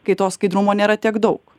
kai to skaidrumo nėra tiek daug